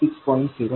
7 होईल 6